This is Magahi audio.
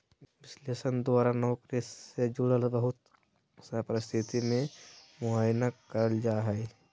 विश्लेषण के द्वारा नौकरी से जुड़ल बहुत सा स्थिति के मुआयना कइल जा हइ